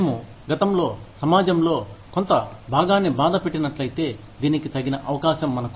మేము గతంలో సమాజంలో కొంత భాగాన్ని బాధ పెట్టినట్లయితే దీనికి తగిన అవకాశం మనకు